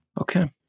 Okay